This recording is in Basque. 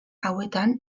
hauetan